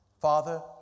Father